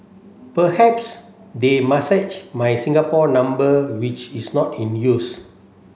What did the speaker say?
perhaps they messaged my Singapore number which is not in use